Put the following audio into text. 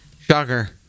shocker